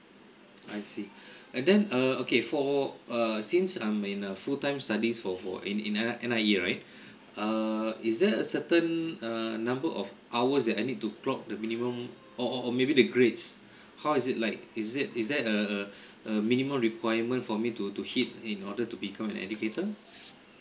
I see and then uh okay for err since I'm in a full time study for for in N_I~ N_I_E right err is there a certain a number of hours that I need to clock the minimum or or or maybe the grades how is it like is it is there a a a minimum requirement for me to to hit in order to become an educator